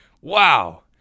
Wow